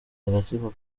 agatsiko